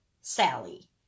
Sally